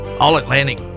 All-Atlantic